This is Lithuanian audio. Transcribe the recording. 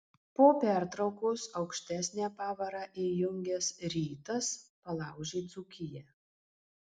po pertraukos aukštesnę pavarą įjungęs rytas palaužė dzūkiją